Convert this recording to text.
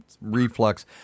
Reflux